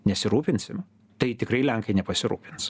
nesirūpinsim tai tikrai lenkai nepasirūpins